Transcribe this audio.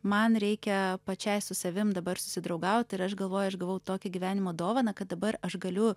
man reikia pačiai su savim dabar susidraugaut ir aš galvoju aš gavau tokią gyvenimo dovaną kad dabar aš galiu